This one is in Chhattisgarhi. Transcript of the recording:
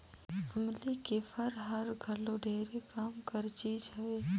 अमली के फर हर घलो ढेरे काम कर चीज हवे